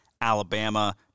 Alabama